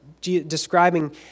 Describing